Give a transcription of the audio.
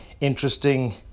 interesting